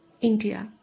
India